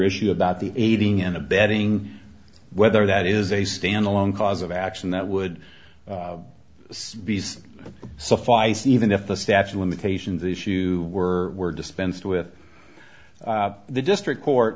issue about the aiding and abetting whether that is a stand alone cause of action that would be so suffice even if the statue limitations issue were were dispensed with the district court